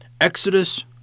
Exodus